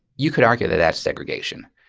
you could argue that that's segregation.